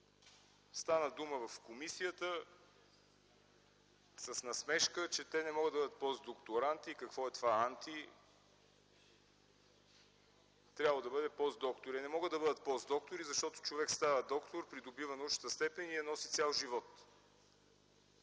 Стана дума в комисията – с насмешка, че те не могат да бъдат постдокторанти, какво е това „анти”. Трябвало да бъде постдоктор. Те не могат да бъдат постдоктори, защото човек става доктор, придобива научна степен и я носи цял живот.